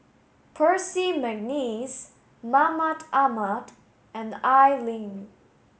Percy McNeice Mahmud Ahmad and Al Lim